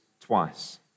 twice